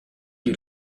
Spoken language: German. die